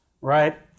Right